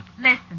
Listen